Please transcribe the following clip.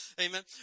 Amen